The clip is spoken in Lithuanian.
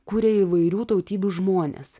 kuria įvairių tautybių žmonės